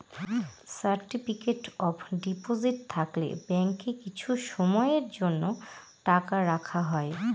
certificate of deposit থাকলে ব্যাঙ্কে কিছু সময়ের জন্য টাকা রাখা হয়